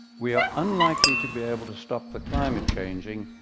we are unlikely to be able to stop the climate changing,